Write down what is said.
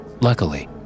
Luckily